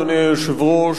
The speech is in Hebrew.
אדוני היושב-ראש,